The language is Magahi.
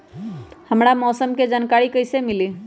हमरा मौसम के जानकारी कैसी मिली?